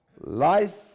life